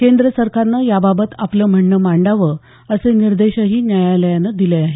केंद्र सरकारनं याबाबत आपलं म्हणणं मांडावं असे निर्देशही न्यायालयानं दिले आहेत